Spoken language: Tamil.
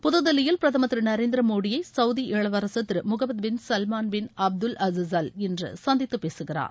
புதுதில்லியில் மோடயை பிரதமர் நரேந்திர சவுதி இளவரசர் Thiru Thiru Mohammed bin Salman bin Abdul Aziz Al இன்று சந்தித்து பேசுகிறார்